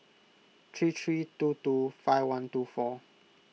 three three two two five one two four